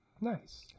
Nice